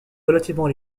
relativement